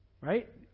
Right